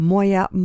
Moya